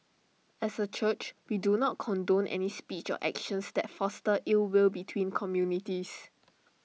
as A church we do not condone any speech or actions that foster ill will between communities